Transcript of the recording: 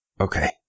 okay